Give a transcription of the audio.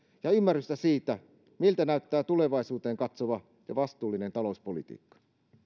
ja ymmärrystä siitä miltä näyttää tulevaisuuteen katsova ja vastuullinen talouspolitiikka